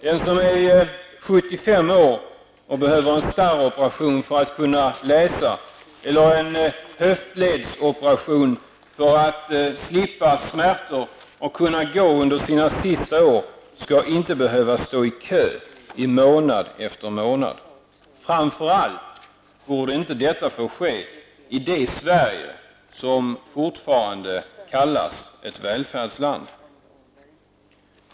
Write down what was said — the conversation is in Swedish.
Den som är 75 år och behöver en starroperation för att kunna läsa, eller en höftledsoperation för att slippa smärtor och kunna gå under sina sista år skall inte behöva stå i kö i månad efter månad. Framför allt borde detta inte få ske i det Sverige som fortfarande kallas ett välfärdsland.